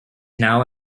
now